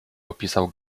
opisał